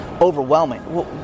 overwhelming